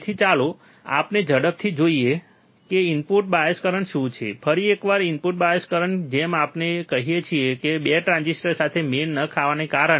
તેથી ચાલો આપણે ઝડપથી જોઈએ કે ઇનપુટ બાયસ કરંટ શું છે ફરી એકવાર ઇનપુટ બાયસ કરંટ જેમ આપણે કહીએ છીએ તે 2 ટ્રાન્ઝિસ્ટર સાથે મેળ ન ખાવાના કારણે છે